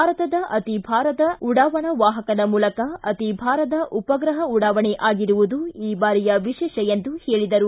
ಭಾರತದ ಅತಿ ಭಾರದ ಉಡಾವಣಾ ವಾಹಕದ ಮೂಲಕ ಅತಿ ಭಾರದ ಉಪಗ್ರಹ ಉಡಾವಣೆ ಆಗಿರುವುದು ಈ ಬಾರಿಯ ವಿಶೇಷ ಎಂದರು